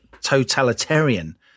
totalitarian